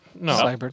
No